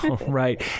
Right